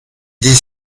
dès